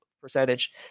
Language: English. percentage